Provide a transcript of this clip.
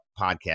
podcast